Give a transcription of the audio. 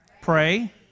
Pray